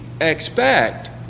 expect